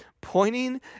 pointing